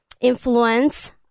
influence